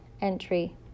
Entry